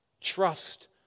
trust